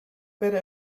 better